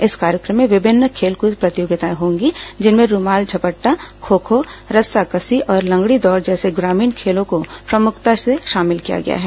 इस कार्यक्रम में विभिन्न खेलकूद प्रतियोगिताएं होंगी जिनमें रूमाल झपट्टा खो खो रस्साकसी और लंगडी दौड़ जैसे ग्रामीण खेलों को प्रमुखता से शामिल किया गया है